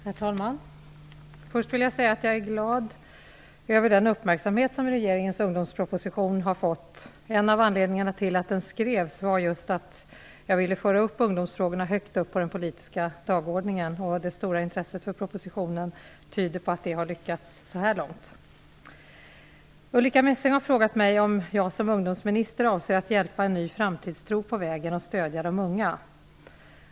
Herr talman! Först vill jag säga att jag är glad över den uppmärksamhet som regeringens ungdomsproposition har fått. En av anledningarna till att den skrevs var just att jag ville föra upp ungdomsfrågorna högt upp på den politiska dagordningen. Det stora intresset för propositionen tyder på att det har lyckats så här långt. Ulrica Messing har frågat mig om jag som ungdomsminister avser att hjälpa en ny framtidstro på vägen och stödja de unga.